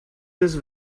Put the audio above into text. this